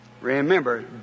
Remember